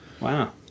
Wow